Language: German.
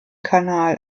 kanal